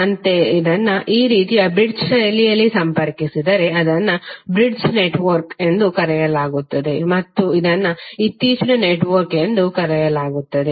ಅಂತೆಯೇ ಇದನ್ನು ಈ ರೀತಿಯ ಬ್ರಿಡ್ಜ್ ಶೈಲಿಯಲ್ಲಿ ಸಂಪರ್ಕಿಸಿದರೆ ಇದನ್ನು ಬ್ರಿಡ್ಜ್ ನೆಟ್ವರ್ಕ್ ಎಂದು ಕರೆಯಲಾಗುತ್ತದೆ ಮತ್ತು ಇದನ್ನು ಇತ್ತೀಚಿನ ನೆಟ್ವರ್ಕ್ ಎಂದು ಕರೆಯಲಾಗುತ್ತದೆ